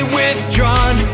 withdrawn